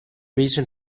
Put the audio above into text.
reason